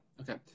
okay